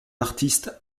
artiste